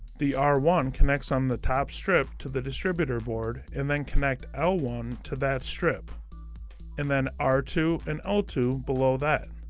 the r one connects on the top strip to the distributor board, and then connect l one to that strip and then r two and l two below that.